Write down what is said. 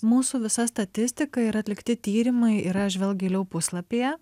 mūsų visa statistika ir atlikti tyrimai yra žvelk giliau puslapyje